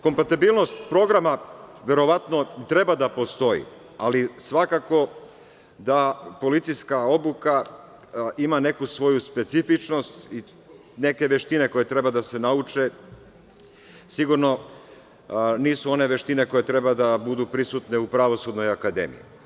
Kompatibilnost programa verovatno treba da postoji, ali svakako da policijska obuka ima neku svoju specifičnost i neke veštine koje treba da se nauče, sigurno nisu one veštine koje treba da budu prisutne u Pravosudnoj akademiji.